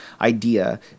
idea